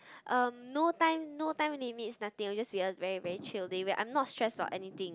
um no time no time limits nothing it will just be a very very chill day I'm not stressed about anything